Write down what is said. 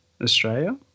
Australia